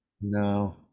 No